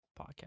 podcast